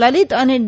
લલીત અને ડી